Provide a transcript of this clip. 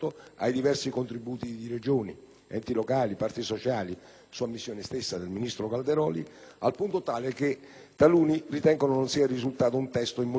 enti locali, parti sociali (su ammissione stessa del ministro Calderoli), al punto tale che taluni ritengono ne sia risultato un testo in molti punti addirittura contraddittorio.